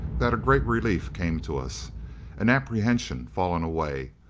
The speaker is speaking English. that a great relief came to us an apprehension fallen away.